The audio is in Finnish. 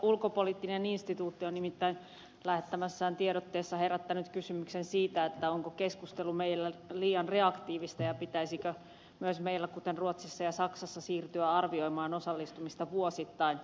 ulkopoliittinen instituutti on nimittäin lähettämässään tiedotteessa herättänyt kysymyksen siitä onko keskustelu meillä liian reaktiivista ja pitäisikö myös meillä kuten ruotsissa ja saksassa siirtyä arvioimaan osallistumista vuosittain